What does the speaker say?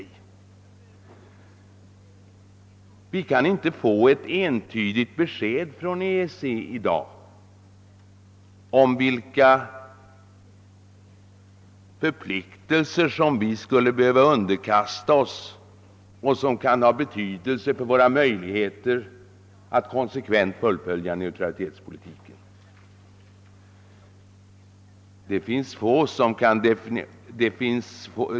Vi kan i dag inte få ett entydigt besked från EEC om vilka förpliktelser vi skulle behöva åtaga oss. Dessa kan ha betydelse för våra möjligheter att fullfölja neutralitetspolitiken.